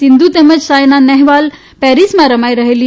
સિંધુ તેમ સાયના નહેવાલ પેરીસમાં રમાઇ રહેલી